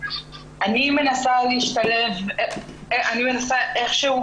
מטפלת לבית מותר, לדעתי.